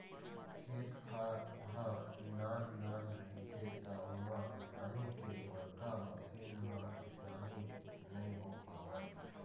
खेत खार ह नान नान रहिथे त ओमा किसानी के बड़का मसीन म किसानी नइ हो पावय